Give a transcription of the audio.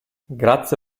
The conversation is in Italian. grazie